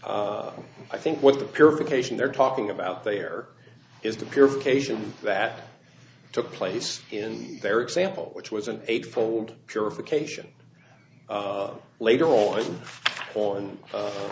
entirety i think what the purification they're talking about there is the purification that took place in their example which was an eight fold purification later on on